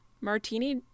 Martini